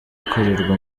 ikorerwa